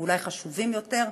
ואולי חשובים יותר,